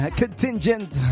contingent